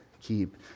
keep